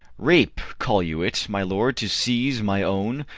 rape, call you it, my lord, to seize my own,